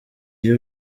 iyo